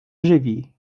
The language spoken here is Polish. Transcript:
żywi